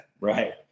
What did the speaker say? Right